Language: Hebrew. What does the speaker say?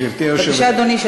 בבקשה, אדוני.